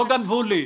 לא גנבו לי.